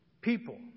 people